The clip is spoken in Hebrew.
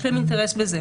יש להם אינטרס בזה,